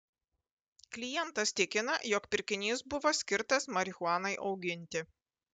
klientas tikina jog pirkinys buvo skirtas marihuanai auginti